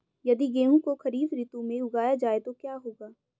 यदि गेहूँ को खरीफ ऋतु में उगाया जाए तो क्या होगा?